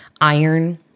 iron